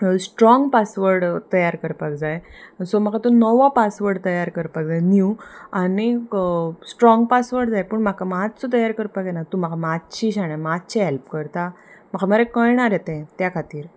strong password तयार करपाक जाय सो म्हाका तो नवो पासवर्ड तयार करपाक जाय नीव आनीक स्ट्रोंग पासवर्ड जाय पूण म्हाका मात्सो तयार करपाक येना तूं म्हाका मात्शी शाण्या मात्शें हेॅल्प करता म्हाका मरे कळणा रे तें त्या खातीर